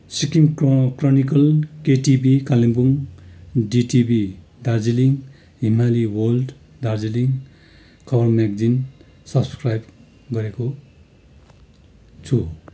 सिक्किम क्रो chronicle KTV Kalimpong DTV Darjeeling Himali world Darjeeling Khabar magazine subscribe गरेको छु